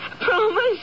Promise